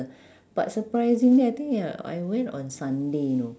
but surprisingly I think I I went on sunday you know